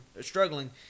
struggling